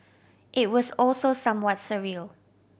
it was also somewhat surreal